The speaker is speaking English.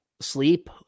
sleep